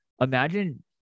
Imagine